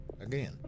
again